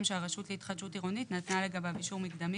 שהרשות להתחדשות עירונית נתנה לגביו אישור מקדמי